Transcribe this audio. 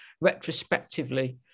retrospectively